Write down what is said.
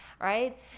right